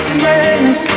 friends